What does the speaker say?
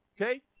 Okay